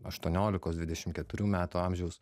aštuoniolikos dvidešim keturių metų amžiaus